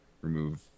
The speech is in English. remove